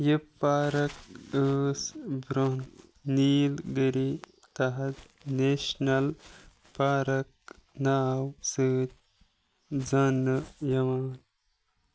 یہِ پارک ٲس برٛونٛہہ نیٖل گٔری تحد نیٚشنَل پارک ناو سۭتۍ زاننہٕ یِوان